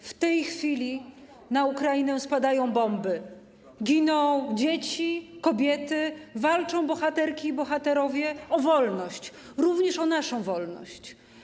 W tej chwili na Ukrainę spadają bomby, giną dzieci, kobiety, walczą bohaterki i bohaterowie o wolność, również o naszą wolność.